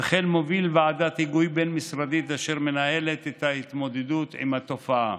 וכן מוביל ועדת היגוי בין-משרדית אשר מנהלת את ההתמודדות עם התופעה.